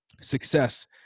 success